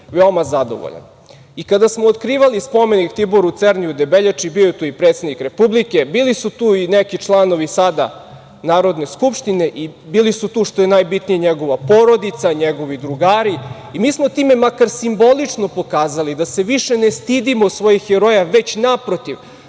veoma zadovoljan. Kada smo otkrivali Spomenik Tiboru Cerni u Debeljači bio je tu i predsednik Republike. Bili su tu i neki članovi sada Narodne skupštine i bili su tu, što je najbitnije, njegova porodica, njegovi drugari i mi smo time makar simbolično pokazali da se više ne stidimo svojih heroja, već naprotiv